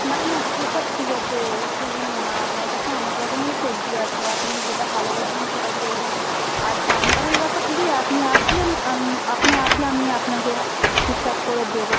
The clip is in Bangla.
না না সেসব ঠিক আছে সেজন্য না আমার কাছে অনেক রকমেরই সবজি আছে আপনি যেটা ভালো বুঝবেন সেটা করবেন আর দাম টামের ব্যাপার দিয়ে আপনি আসলেন আপনি আসলে আমি আপনাকে ঠিক ঠাক করে দেবো